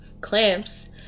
clamps